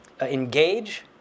engage